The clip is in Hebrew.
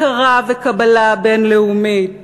הכרה וקבלה בין-לאומית